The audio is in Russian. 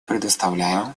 предоставляю